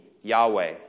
Yahweh